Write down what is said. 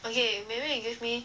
okay maybe you give me